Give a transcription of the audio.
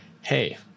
hey